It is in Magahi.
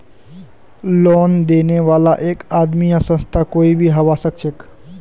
लोन देने बाला एक आदमी या संस्था कोई भी हबा सखछेक